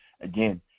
again